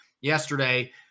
yesterday